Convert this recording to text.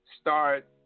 start